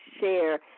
share